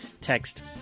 text